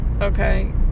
Okay